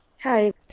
Hi